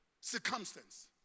circumstance